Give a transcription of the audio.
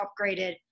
upgraded